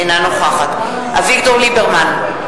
אינה נוכחת אביגדור ליברמן,